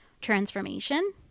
transformation